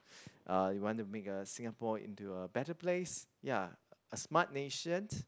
uh we want to make Singapore into a better place ya a smart nation